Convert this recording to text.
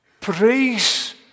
praise